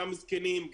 גם זקנים,